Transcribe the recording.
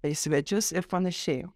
į svečius ir panašiai